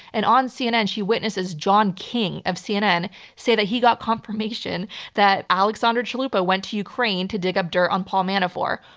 and on cnn she witnesses john king of cnn say that he got confirmation that alexandra chalupa went to ukraine to dig up dirt on paul manafort.